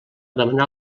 demanar